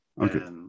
Okay